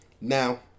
Now